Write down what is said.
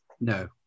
No